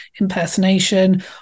impersonation